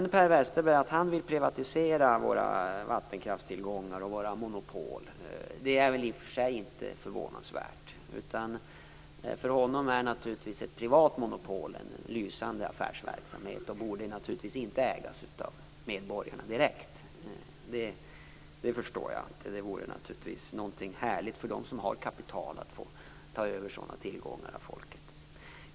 Att Per Westerberg vill privatisera våra vattenkraftstillgångar och våra monopol är väl inte förvånande. För honom är ett privat monopol naturligtvis en lysande affärsverksamhet som inte borde ägas av medborgarna direkt. Jag förstår att det vore härligt för dem som har kapital att få ta över sådana tillgångar av folket.